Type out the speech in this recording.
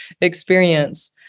experience